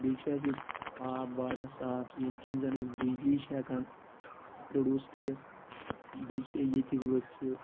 بیٚیہِ چھُ اَسہِ ییٚتہِ آب واریاہ صاب ییٚمہِ کِنۍ زَن أسۍ بِجلی چھِ ہیٚکان پرٛوڈوٗس کٔرِتھ بیٚیہِ چھِ ییٚتِکۍ لُکھ چھِ